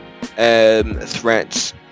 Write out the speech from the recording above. threats